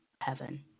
heaven